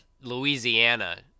Louisiana